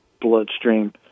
bloodstream